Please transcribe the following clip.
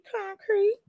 Concrete